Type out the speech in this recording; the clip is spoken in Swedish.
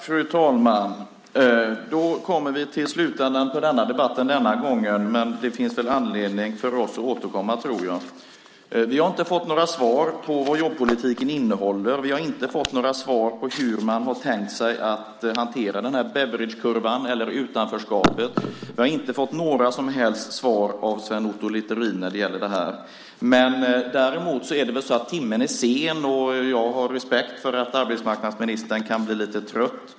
Fru talman! Då kommer vi till slutändan av denna debatt, men jag tror att det finns anledning för oss att återkomma. Vi har inte fått några svar på frågan vad jobbpolitiken innehåller. Vi har inte fått några svar på frågan hur man har tänkt sig att hantera den här Beveridgekurvan eller utanförskapet. Vi har inte fått några som helst svar av Sven Otto Littorin här. Men timmen är sen, och jag har respekt för att arbetsmarknadsministern kan bli lite trött.